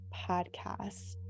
podcast